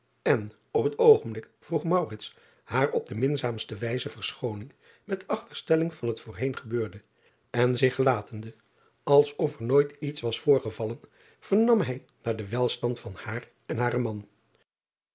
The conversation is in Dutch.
en op het oogenblik vroeg haar op de minzaamste wijze verschooning met achterstelling van het voorheen gebeurde en zich gelatende als of er nooit iets was voorgevallen vernam hij naar den welstand van haar en haren man